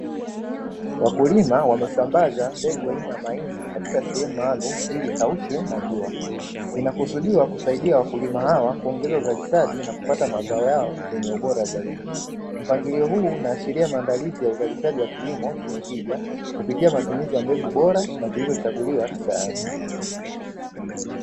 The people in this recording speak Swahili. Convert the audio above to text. Wakulima wamesambaza mbegu aina ya mahindi katika sehemu maalumu ili ikaushwe na jua inakusudiwa kusaidia wakulima hawa kuongeza uzalishaji na kupata mazao yao yenye ubora zaidi, mpangilio huu una ashiria maandalizi ya uzalishaji wa kilimo chenye tija kupitia matumizi ya mbegu bora na zilizochaguliwa kitaalamu.